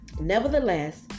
nevertheless